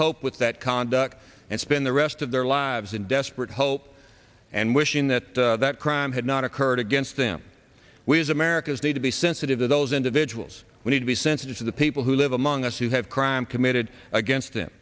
cope with that conduct and spend the rest of their lives in desperate hope and wishing that that crime had not occurred against them we as americans need to be sensitive to those individuals we need to be sensitive to the people who live among us who have crime committed against him